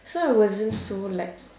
so I wasn't so like